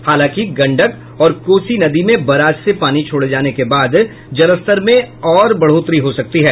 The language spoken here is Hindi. हालांकि गंडक और कोसी नदी में बराज से पानी छोड़े जाने के बाद जलस्तर में और बढ़ोतरी हो सकती है